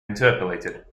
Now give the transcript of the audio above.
interpolated